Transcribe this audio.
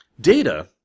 Data